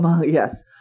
Yes